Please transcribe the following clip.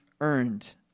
earned